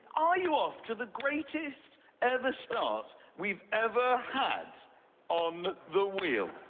are you off to the greatest ever start we've ever had on the wheel?